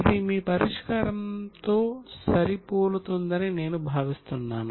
ఇది మీ పరిష్కారంతో సరిపోలుతుందని నేను భావిస్తున్నాను